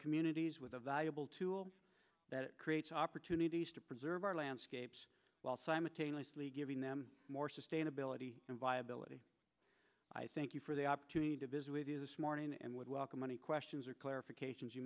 communities with a valuable tool that creates opportunities to preserve our landscapes while simultaneously giving them more sustainability and viability i thank you for the opportunity to visit with you this morning and would welcome any questions or clarifications you